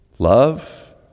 Love